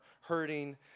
hurting